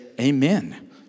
amen